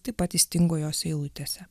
taip pat įstingo jos eilutėse